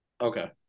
Okay